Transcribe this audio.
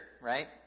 right